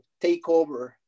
takeover